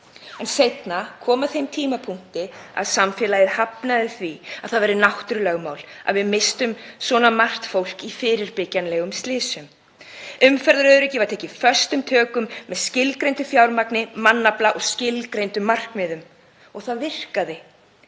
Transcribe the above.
Seinna kom að þeim tímapunkti að samfélagið hafnaði því að það væri náttúrulögmál að við misstum svona margt fólk í fyrirbyggjanlegum slysum. Umferðaröryggi var tekið föstum tökum með skilgreindu fjármagni, mannafla og skilgreindum markmiðum. Og það virkaði,